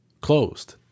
closed